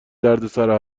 دردسرا